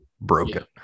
broken